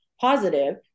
positive